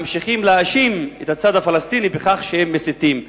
ממשיכים להאשים את הצד הפלסטיני בכך שהם מסיתים.